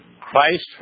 Christ